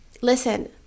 listen